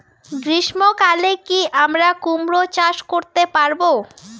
গ্রীষ্ম কালে কি আমরা কুমরো চাষ করতে পারবো?